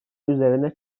üzerine